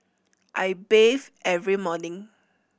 I bathe every morning